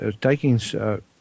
taking